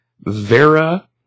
Vera